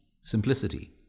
simplicity